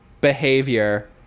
behavior